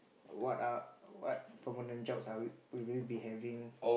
what are what permanent jobs are we will we be having